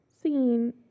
seen